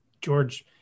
George